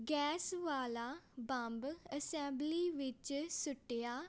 gas ਵਾਲਾ bomb assembly ਵਿੱਚ ਸੁੱਟਿਆ